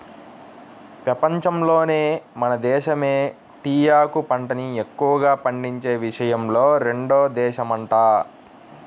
పెపంచంలోనే మన దేశమే టీయాకు పంటని ఎక్కువగా పండించే విషయంలో రెండో దేశమంట